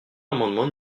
l’amendement